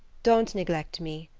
don't neglect me,